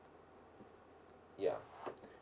ya